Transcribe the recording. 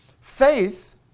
Faith